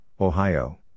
Ohio